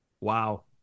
Wow